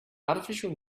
artificial